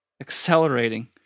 accelerating